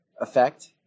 effect